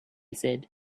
said